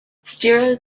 steiner